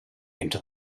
into